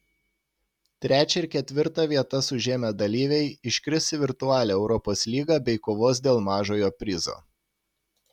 trečią ir ketvirtą vietas užėmę dalyviai iškris į virtualią europos lygą bei kovos dėl mažojo prizo